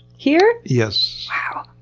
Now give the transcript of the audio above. here? yes. wow.